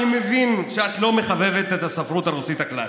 אני מבין שאת לא מחבבת את הספרות הרוסית הקלאסית,